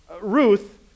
Ruth